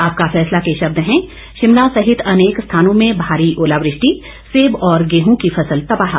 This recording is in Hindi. आपका फैसला के शब्द हैं शिमला सहित अनेक स्थानों में भारी ओलावृष्टि सेब और गेहूं की फसल तबाह